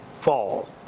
fall